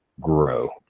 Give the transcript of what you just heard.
grow